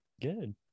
Good